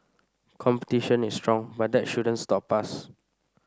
competition is strong but that shouldn't stop us